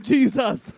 Jesus